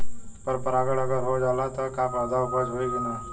पर परागण अगर हो जाला त का पौधा उपज होई की ना?